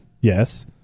Yes